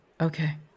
Okay